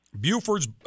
Buford's